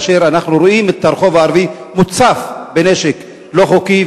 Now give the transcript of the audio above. אנחנו רואים את הרחוב הערבי מוצף בנשק לא חוקי,